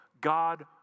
God